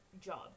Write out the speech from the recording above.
job